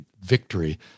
victory